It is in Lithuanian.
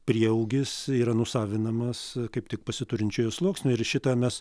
prieaugis yra nusavinamas kaip tik pasiturinčiojo sluoksnio ir šitą mes